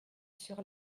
sur